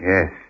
Yes